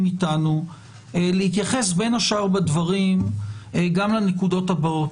איתנו להתייחס בין השאר בדברים גם לנקודות הבאות: